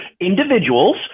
individuals